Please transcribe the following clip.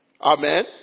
Amen